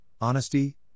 honesty